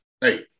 hey